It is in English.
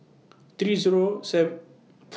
three Zero